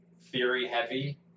theory-heavy